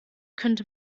könnte